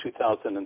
2007